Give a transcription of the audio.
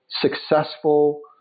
successful